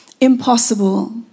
impossible